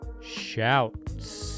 Shouts